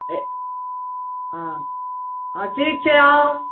हँ हँ ठीक छै आउ